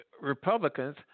Republicans